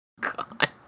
God